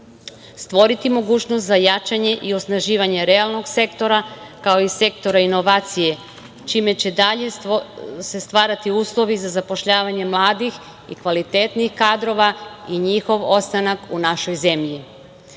stvoriti mogućnost za jačanje i osnaživanje realnog sektora, kao i sektora inovacije, čime će se dalje stvarati uslovi za zapošljavanje mladih i kvalitetnih kadrova i njihov ostanak u našoj zemlji.